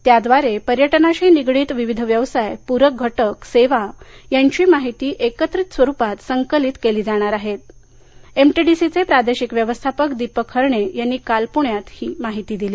त्याद्वारे पर्यटनाशी निगडीत विविध व्यवसाय पूरक घटक सेवा यांची माहिती एकत्रित स्वरूपात संकलित केली जाणार आहे एमटीडीसीचे प्रादेशिक व्यवस्थापक दीपक हरणे यांनी काल पूण्यात ही माहिती दिली